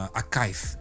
archive